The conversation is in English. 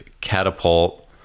Catapult